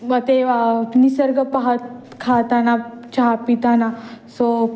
मग ते निसर्ग पाहत खाताना चहा पिताना सो